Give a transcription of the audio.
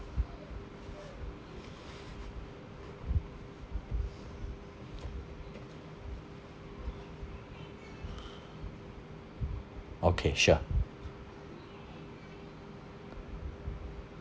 okay sure